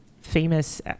famous